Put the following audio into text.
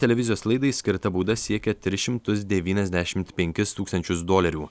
televizijos laidai skirta bauda siekia tris šimtus devyniasdešimt penkis tūkstančius dolerių